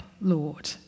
Lord